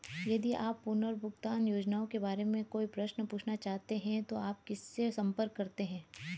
यदि आप पुनर्भुगतान योजनाओं के बारे में कोई प्रश्न पूछना चाहते हैं तो आप किससे संपर्क करते हैं?